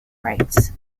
rights